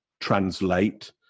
translate